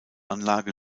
anlage